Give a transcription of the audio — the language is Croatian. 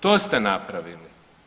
To ste napravili.